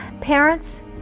parents